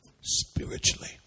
spiritually